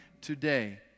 today